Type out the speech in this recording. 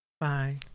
bye